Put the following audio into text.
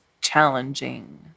challenging